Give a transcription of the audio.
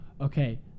Okay